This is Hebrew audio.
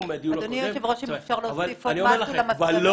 אם לא,